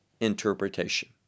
interpretation